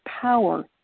power